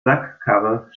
sackkarre